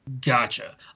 Gotcha